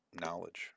knowledge